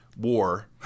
war